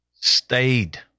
stayed